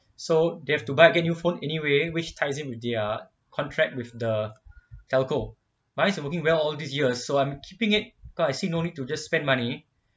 so they have to buy or get new phone anyway which ties in with their contract with the telco mine is working well all this years so I'm keeping it because I see no need to just spend money